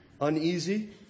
Uneasy